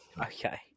Okay